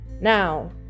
Now